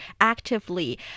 actively